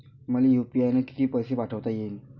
मले यू.पी.आय न किती पैसा पाठवता येईन?